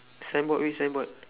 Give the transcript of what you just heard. signboard which signboard